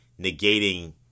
negating